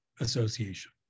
association